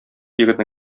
егетне